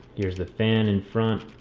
here's the fan in front.